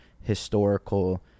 historical